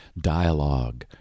dialogue